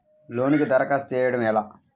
లోనుకి దరఖాస్తు చేయడము ఎలా?